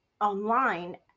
online